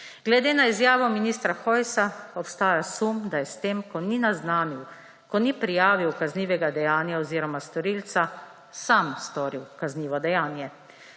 Glede na izjavo ministra Hojs obstaja sum, da je s tem, ko ni naznanil, ko ni prijavil kaznivega dejanja oziroma storilca, sam storil kaznivo dejanje.